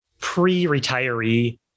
pre-retiree